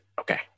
okay